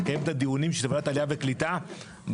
לקיים את הדיונים של ועדת עלייה וקליטה בפריפריה,